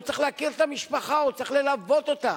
הוא צריך להכיר את המשפחה, הוא צריך ללוות אותה.